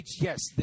Yes